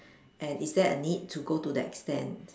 and is there a need to go to that extent